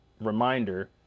reminder